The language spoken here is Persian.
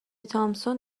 تامسون